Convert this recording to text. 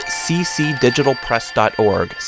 ccdigitalpress.org